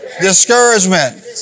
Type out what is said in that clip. Discouragement